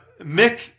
Mick